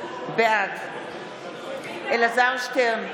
בעד אלעזר שטרן,